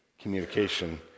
communication